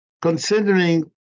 considering